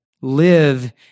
Live